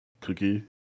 cookie